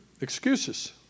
excuses